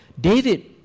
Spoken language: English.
David